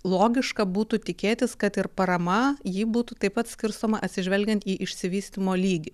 logiška būtų tikėtis kad ir parama ji būtų taip pat skirstoma atsižvelgiant į išsivystymo lygį